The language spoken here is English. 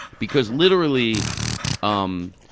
because literally um